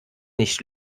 nicht